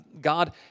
God